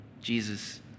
Jesus